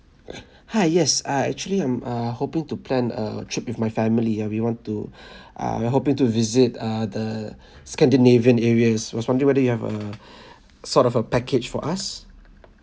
hi yes ah actually I'm uh hoping to plan a trip with my family and we want to ah we're hoping to visit uh the scandinavian areas was wondering whether you have a sort of a package for us